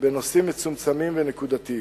בנושאים מצומצמים ונקודתיים.